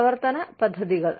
പ്രവർത്തന പദ്ധതികൾ